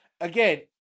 again